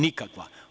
Nikakva.